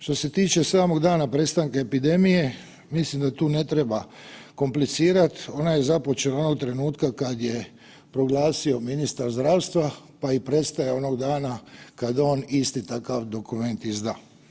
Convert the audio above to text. Što se tiče samog dana prestanka epidemije mislim da tu ne treba komplicirati, ona je započela onog trenutka kad je proglasio ministar zdravstva pa i prestaje onog dana kad on isti takav dokument izda.